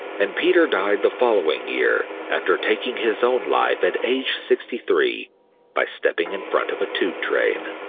and peter died the following year after taking his own life at age sixty three by stepping in front of a tube train.